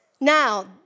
Now